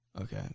Okay